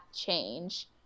change